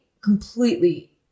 completely